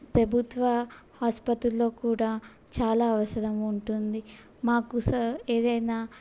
ప్రభుత్వ ఆసుపత్రిలో కూడా చాలా అవసరం ఉంటుంది మాకు సా ఏదైనా